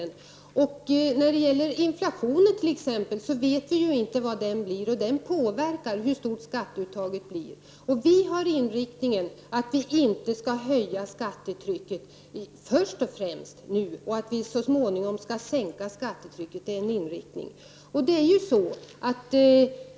Vi vet t.ex. inte hur stor inflationen blir, och den påverkar storleken på skatteuttaget. Centerpartiets inriktning är först och främst att skattetrycket inte skall höjas nu och att det skall sänkas så småningom.